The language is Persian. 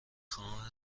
خواهم